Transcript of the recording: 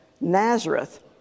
Nazareth